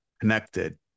connected